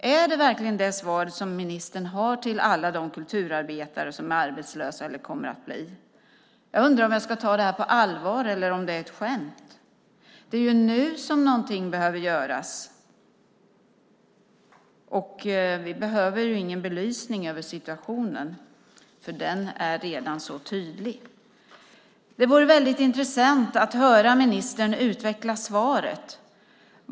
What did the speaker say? Är detta verkligen det svar ministern har till alla de kulturarbetare som är arbetslösa eller kommer att bli det? Jag undrar om jag ska ta det här på allvar eller om det är ett skämt. Det är ju nu något behöver göras. Vi behöver ingen belysning av situationen, för den är redan tydlig. Det vore väldigt intressant att höra ministern utveckla svaret.